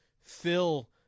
Phil